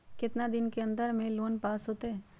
कितना दिन के अन्दर में लोन पास होत?